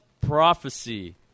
prophecy